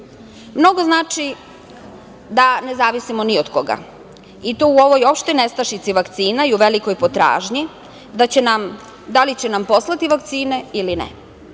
znači da ne zavisimo ni od koga. I to u ovoj opštoj nestašici vakcina i u velikoj potražnji da li će nam poslati vakcine ili ne.